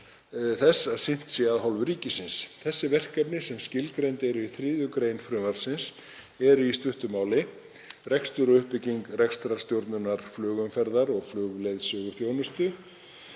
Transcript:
þess að sinnt sé af hálfu ríkisins. Þessi verkefni sem skilgreind eru í 3. gr. frumvarpsins eru í stuttu máli rekstur og uppbygging rekstrarstjórnunar flugumferðar og flugleiðsöguþjónustu,